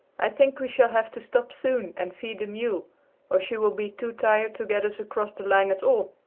i think we shall have to stop soon and feed the mule or she will be too tired to get us across the line at all.